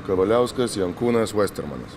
kavaliauskas jankūnas vestermanas